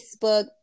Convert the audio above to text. Facebook